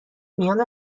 میان